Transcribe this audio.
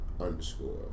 underscore